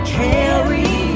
carry